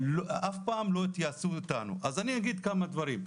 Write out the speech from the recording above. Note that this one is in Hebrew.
אף פעם לא התייעצו איתנו, אז אני אגיד כמה דברים.